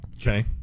Okay